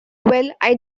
well—i